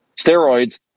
steroids